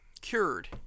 cured